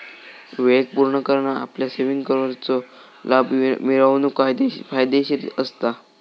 वेळेक पुर्ण करना आपल्या सेविंगवरचो लाभ मिळवूक फायदेशीर असता